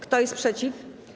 Kto jest przeciw?